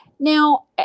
Now